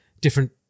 different